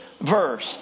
verse